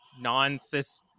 non-cis